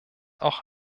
auch